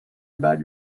about